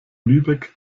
lübeck